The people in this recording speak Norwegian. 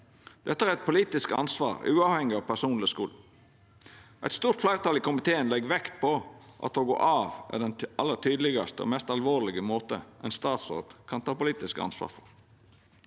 Dette er eit politisk ansvar uavhengig av personleg skuld. Eit stort fleirtal i komiteen legg vekt på at å gå av er den aller tydelegaste og mest alvorlege måten ein statsråd kan ta politisk ansvar på.